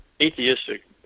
atheistic